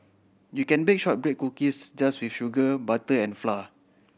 you can bake shortbread cookies just with sugar butter and flour